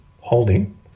holding